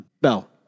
Bell